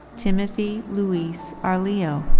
timothy louis arleo.